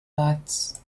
lights